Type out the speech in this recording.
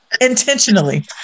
intentionally